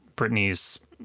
Britney's